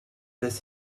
des